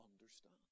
understand